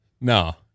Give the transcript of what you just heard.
No